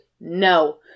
No